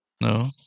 no